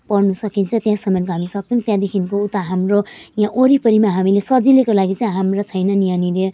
पढ्नु सकिन्छ त्यहाँसम्म त हामी सक्छौँ त्यहाँदेखिको उता हाम्रो यहाँ वरिपरिमा हामीले सजिलैको लागि चाहिँ हाम्रा छैनन् यहाँनिर